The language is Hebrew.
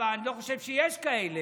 אני לא חושב שיש כאלה,